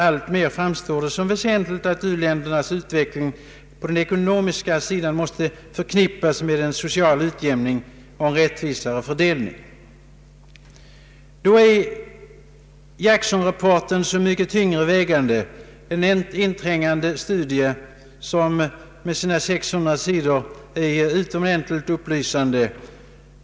Alltmer framstår det som väsentligt att u-ländernas ekonomiska utveckling förknippas med social utveckling och rättvisare fördelning. Då är Jacksonrapporten så mycket tyngre vägande — en inträngande studie, som med sina 600 sidor är utomordentligt upplysande.